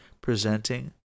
presenting